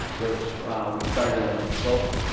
which we started in a twelve.